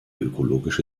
ökologische